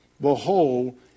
Behold